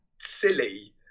silly